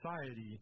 society